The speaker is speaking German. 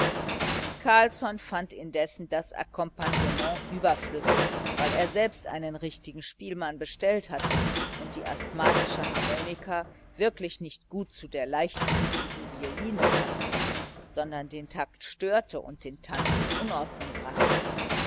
carlsson fand indessen das akkompagnement überflüssig weil er selbst einen richtigen spielmann bestellt hatte und die asthmatische harmonika wirklich nicht gut zu der leichtfüßigen violine paßte sondern den takt störte und den tanz in unordnung brachte